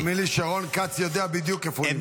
תאמין לי שרון כץ יודע בדיוק איפה הוא נמצא.